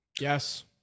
Yes